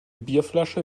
bierflasche